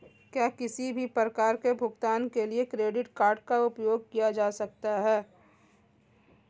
क्या किसी भी प्रकार के भुगतान के लिए क्रेडिट कार्ड का उपयोग किया जा सकता है?